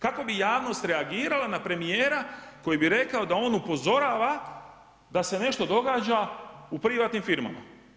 Kako bi javnost reagirala na premijera koji bi rekao da on upozorava da se nešto događa u privatnim firmama?